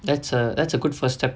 that's a that's a good first step